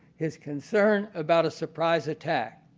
his concern about a surprise attack.